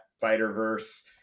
fighter-verse